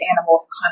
animals